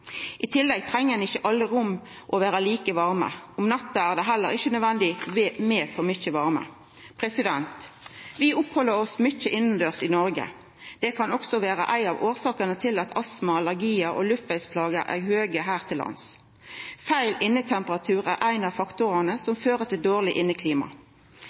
I tillegg treng ikkje alle rom å vera like varme. Om natta er det heller ikkje nødvendig med mykje varme. Vi oppheld oss mykje innandørs i Noreg. Det kan også vera ei av årsakene til at tala for astma, allergiar og luftvegsplager er høge her til lands. Feil innetemperatur er ein av faktorane som fører til dårleg inneklima.